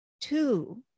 two